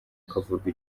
akavurwa